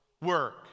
work